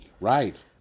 Right